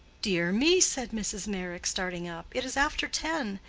dear me! said mrs. meyrick, starting up, it is after ten,